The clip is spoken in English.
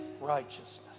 righteousness